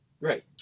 Right